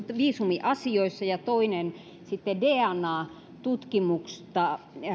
viisumiasioissa ja toinen sitten dna tutkimusta